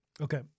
Okay